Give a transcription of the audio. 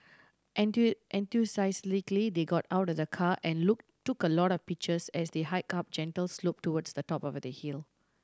enthusiastically they got out of the car and look took a lot of pictures as they hiked up gentle slope towards the top of the hill